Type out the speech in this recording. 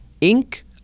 Ink